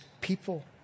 people